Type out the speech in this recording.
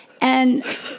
and-